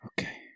Okay